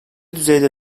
düzeyde